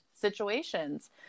situations